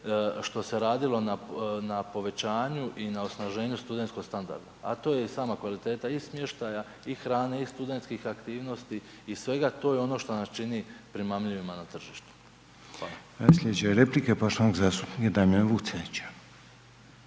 što se radilo na povećanju i na osnaženju studentskog standarda a to je i sama kvaliteta i smještaja i hrane i studentskih aktivnosti i svega, to je ono što nas čini primamljivima na tržištu. Hvala. **Reiner, Željko (HDZ)**